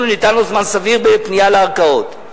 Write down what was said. וניתן לו זמן סביר בפנייה לערכאות.